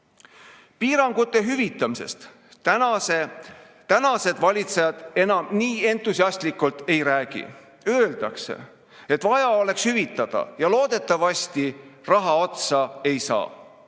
Piirangute hüvitamisest tänased valitsejad enam nii entusiastlikult ei räägi. Öeldakse, et vaja oleks hüvitada ja loodetavasti raha otsa ei saa.